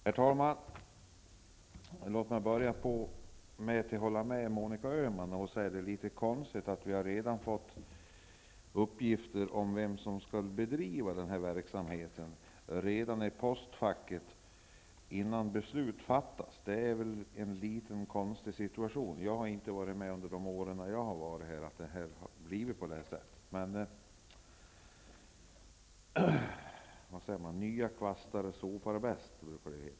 Herr talman! Låt mig börja med att hålla med Monica Öhman och säga att det är litet konstigt att vi redan i postfacken har fått uppgift om vem som skall bedriva den här utredningen innan beslut har fattats. Det är en litet konstig situation. Jag har inte varit med om att det har blivit på det här sättet under de år som jag har varit med här. Men, som man brukar säga: Nya kvastar sopar bäst.